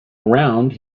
around